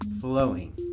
flowing